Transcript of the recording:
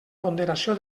ponderació